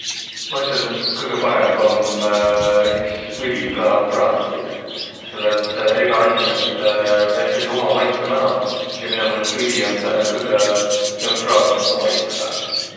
Ma ütelnüq, et kõgõ parõmb om iks õliga praatiq. Selle et egä asi and väikese uma maitsõ mano ja mino meelest õli om sääne kõgõ neutraalsõmba maitsõga.